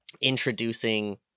introducing